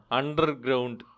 underground